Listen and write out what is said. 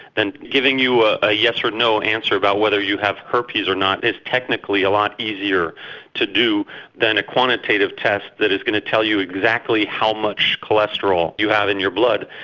and giving you ah a yes or no answer about whether you have herpes or not is technically a lot easier to do than a quantitative test that is going to tell you exactly how much cholesterol you have in your blood.